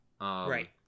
Right